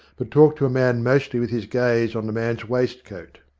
but talked to a man mostly with his gaze on the man's waistcoat.